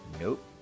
Nope